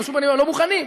לא מוכנים.